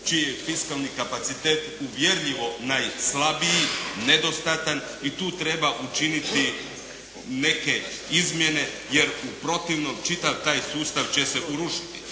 čiji je fiskalni kapacitet uvjerljivo najslabiji, nedostatan i tu treba učiniti neke izmjene jer u protivnom čitav taj sustav će se urušiti.